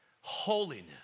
Holiness